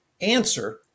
answer